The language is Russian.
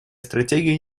стратегия